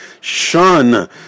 shun